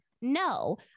No